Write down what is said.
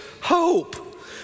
hope